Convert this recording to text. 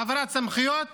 העברת סמכויות